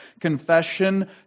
confession